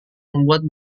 membuat